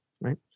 Right